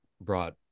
brought